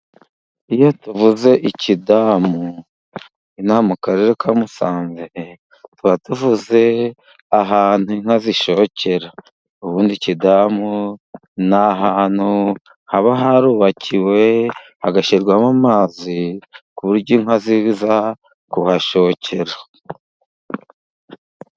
Iyo tuvuze ikidamu ino aha mu karere ka Musanze tuba tuvuze ahantu inka zishokera, ubundi ikidamu ni ahantu haba harubakiwe hagashyirwamo amazi, ku buryo inka ziza kuhashokera.